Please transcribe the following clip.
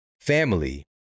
family